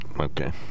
Okay